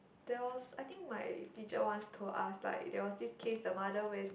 there was I think my teacher once told us like there was this case the mother went